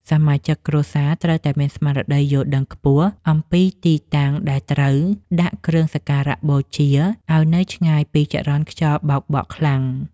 សមាជិកគ្រួសារត្រូវតែមានស្មារតីយល់ដឹងខ្ពស់អំពីទីតាំងដែលត្រូវដាក់គ្រឿងសក្ការបូជាឱ្យនៅឆ្ងាយពីចរន្តខ្យល់បោកបក់ខ្លាំង។